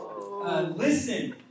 Listen